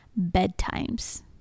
bedtimes